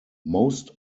most